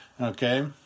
Okay